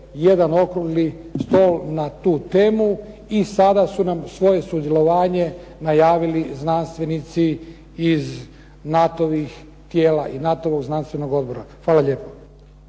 jedan okrugli stol na tu temu i sada su nam svoje sudjelovanje najavili znanstvenici iz NATO-vih tijela i NATO-vog znanstvenog odbora. Hvala lijepo.